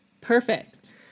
Perfect